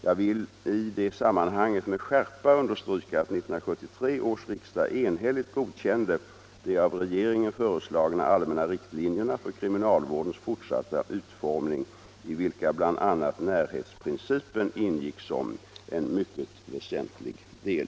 Jag vill i det sammanhanget med skärpa understryka att 1973 års riksdag enhälligt godkände de av regeringen föreslagna allmänna riktlinjerna för kriminalvårdens fortsatta utformning, i vilka bl.a. närhetsprincipen ingick som en mycket väsentlig del.